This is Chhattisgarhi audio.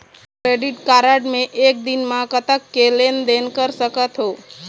क्रेडिट कारड मे एक दिन म कतक के लेन देन कर सकत हो?